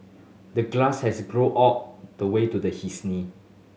the grass had grown all the way to his knee